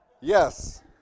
Yes